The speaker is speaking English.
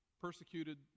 persecuted